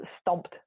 stomped